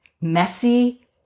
messy